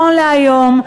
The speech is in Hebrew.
נכון להיום,